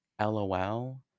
lol